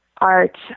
art